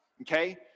okay